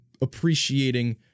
appreciating